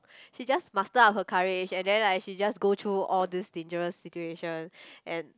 she just muster up her courage and then like she just go through all these dangerous situation and